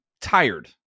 tired